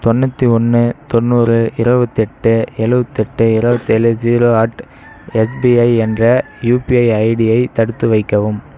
தொண்ணூற்றி ஒன்று தொண்ணூறு இருபத்தெட்டு எழுவத்தெட்டு எழுவத்தேலு ஸீரா அட் எஸ்பிஐ என்ற யுபிஐ ஐடியை தடுத்து வைக்கவும்